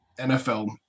nfl